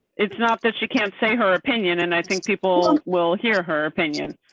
it's not that she can't say her opinion and i think people will hear her opinion,